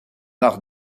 art